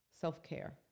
self-care